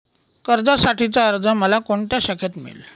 कर्जासाठीचा अर्ज मला कोणत्या शाखेत मिळेल?